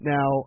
Now